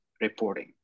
reporting